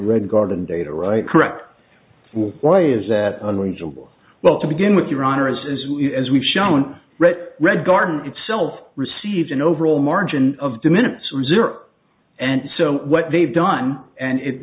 red garden data right correct why is that unreasonable well to begin with your honor's is as we've shown red red garden itself received an overall margin of the minutes was your and so what they've done and it